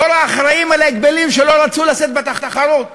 לנוכח האחראים להגבלים שלא רצו לשאת באחריות,